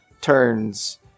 turns